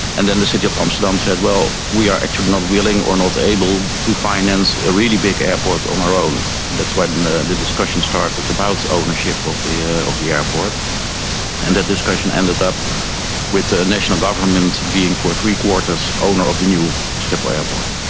and then the city of amsterdam said, well, we are actually not willing or not able to finance a really big airport on our own and that's why the and the discussion started about ownership of the ah of the airport, and that discussion ended up with the national government being three-quarters owner of the new schiphol airport.